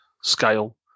scale